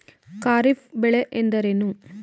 ಖಾರಿಫ್ ಬೆಳೆ ಎಂದರೇನು?